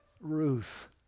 Ruth